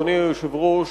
אדוני היושב-ראש,